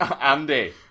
andy